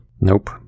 Nope